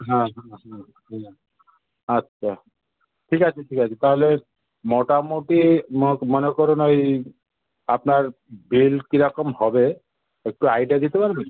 হ্যাঁ হ্যাঁ হুম হুম আচ্ছা ঠিক আছে ঠিক আছে তালে মোটামোটি মনে করুন ওই আপনার বিল কী রকম হবে একটু আইডিয়া দিতে পারবেন